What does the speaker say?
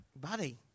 buddy